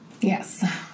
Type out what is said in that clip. yes